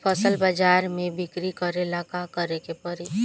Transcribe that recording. फसल बाजार मे बिक्री करेला का करेके परी?